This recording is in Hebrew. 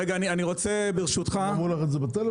הם הציגו דוחות משנים לא